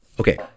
Okay